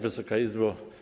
Wysoka Izbo!